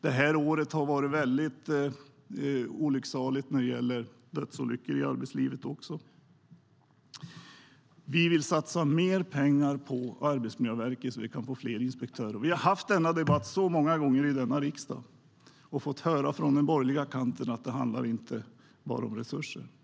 Detta år har varit väldigt olycksaligt när det gäller dödsolyckor i arbetslivet. Vi vill satsa mer pengar på Arbetsmiljöverket så att vi kan få fler inspektörer. Vi har haft denna debatt så många gånger i riksdagen och från den borgerliga kanten fått höra att det inte bara handlar om resurser.